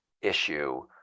issue